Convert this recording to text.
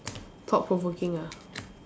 thought provoking ah